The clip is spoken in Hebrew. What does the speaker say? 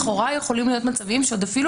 לכאורה יכולים להיות מצבים שעוד אפילו